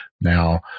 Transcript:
Now